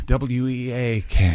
WEAK